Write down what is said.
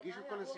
מה היה רוח הדיון?